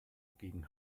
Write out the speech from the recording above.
gegen